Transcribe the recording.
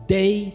day